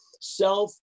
self